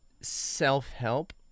self-help